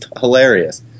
hilarious